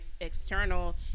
external